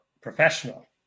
professional